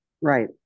Right